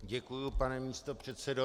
Děkuji, pane místopředsedo.